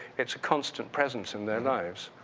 it's a constant presence in their lives.